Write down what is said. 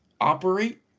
operate